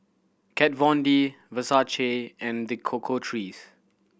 Kat Von D Versace and The Cocoa Trees